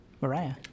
Mariah